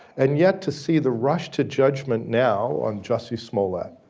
and yet to see the rush to judgment now on jussie smollet,